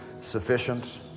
sufficient